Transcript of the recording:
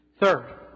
Third